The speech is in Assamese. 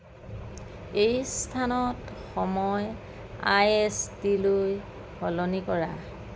এই স্থানত সময় আই এছ টি লৈ সলনি কৰা